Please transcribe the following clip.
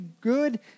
good